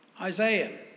Isaiah